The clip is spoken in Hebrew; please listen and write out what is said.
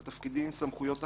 על תפקידים עם סמכויות אכיפה,